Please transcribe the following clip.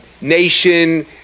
nation